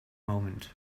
moment